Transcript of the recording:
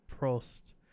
Prost